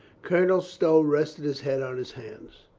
colonel stow rested his head on his hand.